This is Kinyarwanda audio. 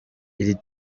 iri